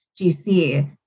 GC